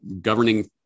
governing